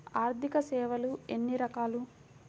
ఆర్థిక సేవలు ఎన్ని రకాలు?